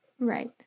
Right